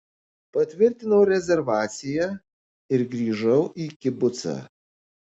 patvirtinau rezervaciją ir grįžau į kibucą